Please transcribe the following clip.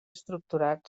estructurat